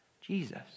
Jesus